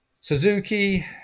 Suzuki